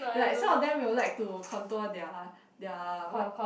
like some of them they will like to contour their their what